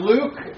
Luke